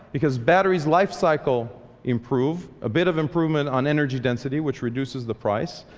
because batteries life cycle improve a bit of improvement on energy density, which reduces the price.